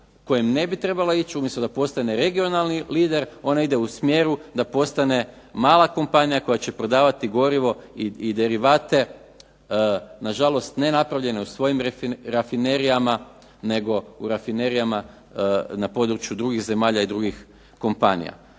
kojim trebala ići umjesto da postane regionalni lider ona ide u smjeru da postane mala kompanija koja će prodavati gorivo i derivate, nažalost ne napravljene u svojim rafinerijama, nego u rafinerijama na području drugih zemalja i drugih kompanija.